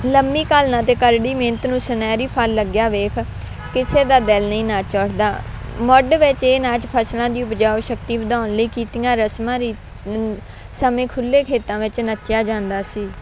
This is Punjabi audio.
ਲੰਮੀ ਘਾਲਨਾ ਅਤੇ ਕਰੜੀ ਮਿਹਨਤ ਨੂੰ ਸੁਨਹਿਰੀ ਫਲ ਲੱਗਿਆ ਵੇਖ ਕਿਸੇ ਦਾ ਦਿਲ ਨਹੀਂ ਨਾ ਚੜਦਾ ਮੁੱਢ ਵਿੱਚ ਇਹ ਨਾਚ ਫਸਲਾਂ ਦੀ ਉਪਜਾਊ ਸ਼ਕਤੀ ਵਧਾਉਣ ਲਈ ਕੀਤੀਆਂ ਰਸਮਾਂ ਰੀ ਸਮੇਂ ਖੁੱਲੇ ਖੇਤਾਂ ਵਿੱਚ ਨੱਚਿਆ ਜਾਂਦਾ ਸੀ